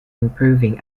improving